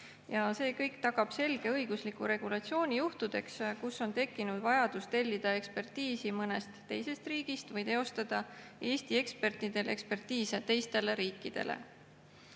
Ja see kõik tagab selge õigusliku regulatsiooni juhtudeks, kus on tekkinud vajadus tellida ekspertiisi mõnest teisest riigist või teostada Eesti ekspertidel ekspertiise teistele riikidele.